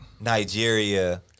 Nigeria